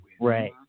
Right